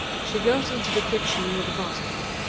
she goes into the kitchen with the basket.